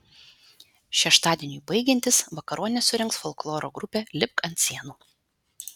šeštadieniui baigiantis vakaronę surengs folkloro grupė lipk ant sienų